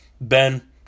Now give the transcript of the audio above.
Ben